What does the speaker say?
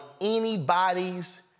anybody's